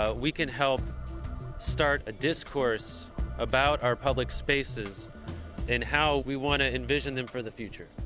ah we can help start a discourse about our public spaces and how we wanna envision them for the future.